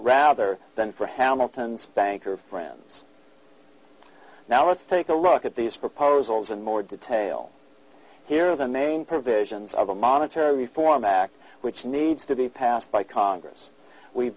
rather than for hamilton's banker friends now let's take a look at these proposals in more detail here are the main provisions of the monetary reform act which needs to be passed by congress we